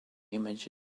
image